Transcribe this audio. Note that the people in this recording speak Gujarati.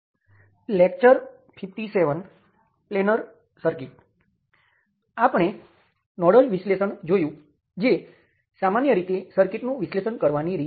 હવે જ્યારે આપણી પાસે વોલ્ટેજ નિયંત્રિત સ્ત્રોત હોય ત્યારે આપણે મેશ વિશ્લેષણ કેવી રીતે કરવું તે જોઈએ તે વોલ્ટેજ નિયંત્રિત વોલ્ટેજ સ્ત્રોત અથવા વોલ્ટેજ નિયંત્રણ કરંટ સ્ત્રોત છે